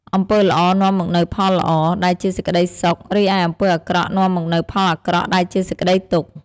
អំពើល្អនាំមកនូវផលល្អ ដែលជាសេចក្ដីសុខ រីឯអំពើអាក្រក់នាំមកនូវផលអាក្រក់ ដែលជាសេចក្ដីទុក្ខ។